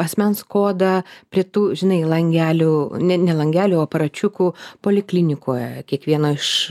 asmens kodą prie tų žinai langelių ne ne langelių o aparačiukų poliklinikoj kiekvieno iš